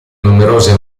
numerose